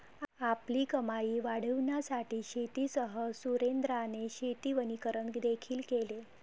आपली कमाई वाढविण्यासाठी शेतीसह सुरेंद्राने शेती वनीकरण देखील केले